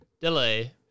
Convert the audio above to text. delay